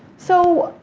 so,